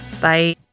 Bye